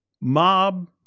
Mob